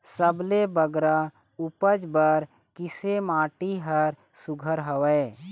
सबले बगरा उपज बर किसे माटी हर सुघ्घर हवे?